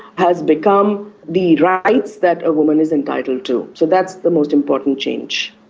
has become the rights that a woman is entitled to. so that's the most important change.